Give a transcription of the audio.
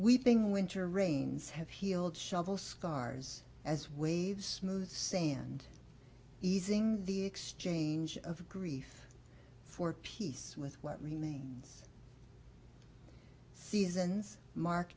weeping winter rains have healed shovel scars as waves smooth sand easing the exchange of grief for peace with what remains seasons mark